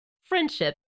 friendship